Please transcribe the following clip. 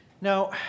Now